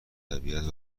طبیعت